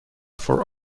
for